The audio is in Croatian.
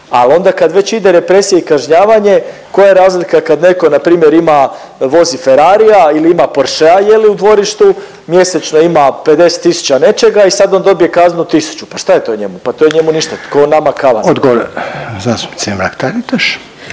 al onda kad već ide represija i kažnjavanje koja je razlika kad neko npr. ima vozi Ferraria ili ima Porschea u dvorištu, mjesečno ima 50 tisuća nečega i sad on dobije kaznu tisuću. Pa šta je to njemu? Pa to je njemu ništa, ko nama kava … **Reiner, Željko